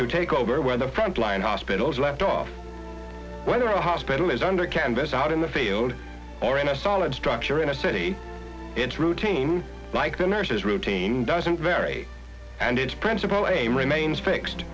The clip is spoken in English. to take over where the frontline hospitals left off whether a hospital is under canvas out in the field or in a solid structure in a city it's routine like the nurses routine doesn't vary and its principle aim remains fixed